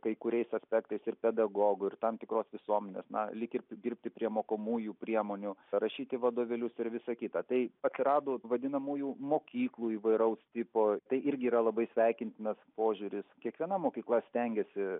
kai kuriais aspektais ir pedagogų ir tam tikros visuomenės na lyg ir dirbti prie mokomųjų priemonių rašyti vadovėlius ir visa kita tai atsirado vadinamųjų mokyklų įvairaus tipo tai irgi yra labai sveikintinas požiūris kiekviena mokykla stengiasi